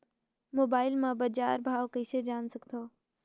Mobile म बजार भाव कइसे जान सकथव?